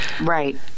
Right